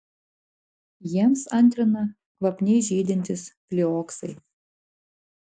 jiems antrina kvapniai žydintys flioksai